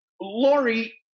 Lori